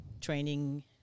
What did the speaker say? training